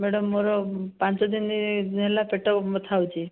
madam ମୋର ପାଞ୍ଚ ଦିନ ହେଲା ପେଟ ବ୍ୟଥା ହେଉଛି